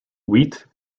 wheat